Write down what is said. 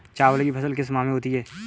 चावल की फसल किस माह में होती है?